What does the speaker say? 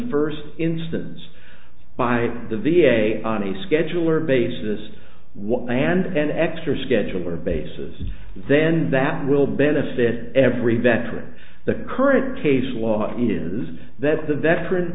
first instance by the v a on a schedule or basis what and extra schedule or basis then that will benefit every veteran the current case law is that the veteran